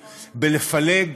בלפלג,